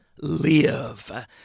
live